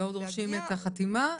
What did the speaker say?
לא דורשים את החתימה.